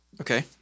Okay